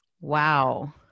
Wow